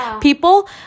people